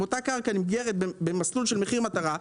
אותה קרקע נמכרת במסלול של מחיר מטרה,